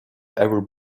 ever